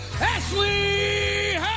Ashley